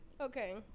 Okay